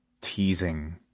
teasing